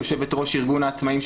יושבת-ראש ארגון העצמאים,